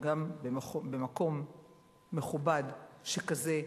וגם במקום מכובד שכזה,